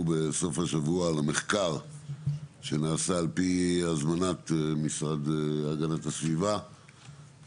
בסוף השבוע על המחקר שנעשה על פי הזמנת המשרד להגנת הסביבה,